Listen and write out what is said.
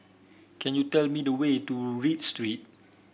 can you tell me the way to Read Street